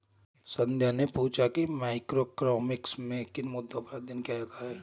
संध्या ने पूछा कि मैक्रोइकॉनॉमिक्स में किन मुद्दों पर अध्ययन किया जाता है